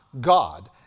God